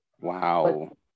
Wow